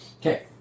Okay